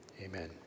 Amen